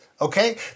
okay